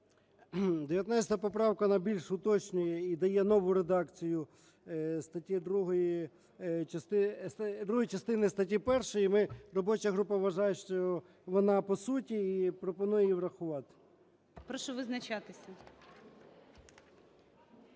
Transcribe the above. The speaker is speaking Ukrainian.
19 поправка вона більш уточнює і дає нову редакцію статті 2… другої частини статті 1. Робоча група вважає, що вона по суті, і пропонує її врахувати. ГОЛОВУЮЧИЙ. Прошу визначатися.